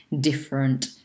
different